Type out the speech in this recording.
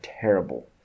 terrible